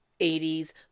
80s